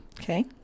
Okay